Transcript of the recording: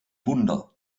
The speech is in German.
wunder